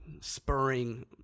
spurring